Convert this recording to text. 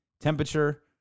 temperature